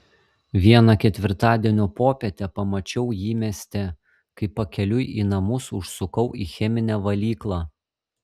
vieną ketvirtadienio popietę pamačiau jį mieste kai pakeliui į namus užsukau į cheminę valyklą